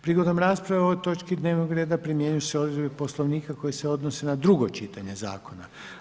Prigodom rasprave o ovoj točki dnevnog reda primjenjuju se odredbe Poslovnika koje se odnose na drugo čitanje zakona.